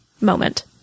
moment